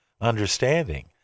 understanding